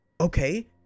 okay